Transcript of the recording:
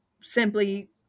simply